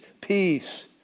peace